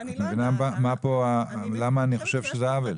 את מבינה למה אני חושב שזה עוול?